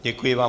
Děkuji vám.